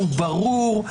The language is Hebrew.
הוא ברור,